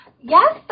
yes